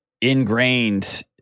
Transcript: ingrained